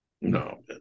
No